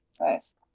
nice